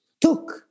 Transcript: took